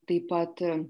taip pat